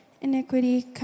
iniquity